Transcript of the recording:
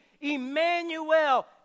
Emmanuel